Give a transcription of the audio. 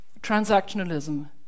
transactionalism